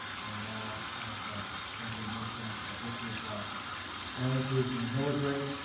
and as somebody mentioned, this is no increase in the millage rate,